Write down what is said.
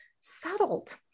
settled